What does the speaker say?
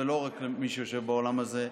ולא רק של מי שיושב באולם הזה,